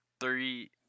three